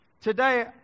Today